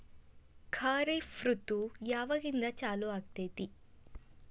ಖಾರಿಫ್ ಋತು ಯಾವಾಗಿಂದ ಚಾಲು ಆಗ್ತೈತಿ?